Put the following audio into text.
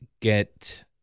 get